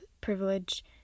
privilege